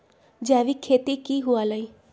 जैविक खेती की हुआ लाई?